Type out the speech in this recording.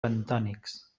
bentònics